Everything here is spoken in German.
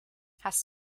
hast